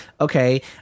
okay